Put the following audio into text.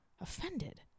Offended